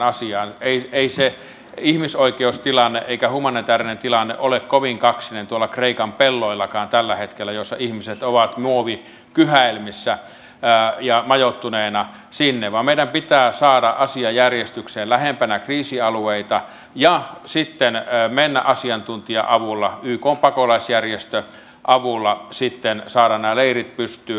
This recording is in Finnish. ei se ihmisoikeustilanne eikä humanitäärinen tilanne ole kovin kaksinen tuolla kreikan pelloillakaan tällä hetkellä missä ihmiset ovat muovikyhäelmissä ja majoittuneina sinne vaan meidän pitää saada asia järjestykseen lähempänä kriisialueita ja sitten asiantuntija avulla ykn pakolaisjärjestön avulla saada nämä leirit pystyyn